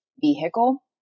vehicle